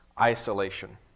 isolation